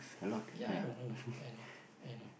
ya I know I know I know I know